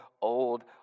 old